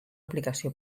aplicació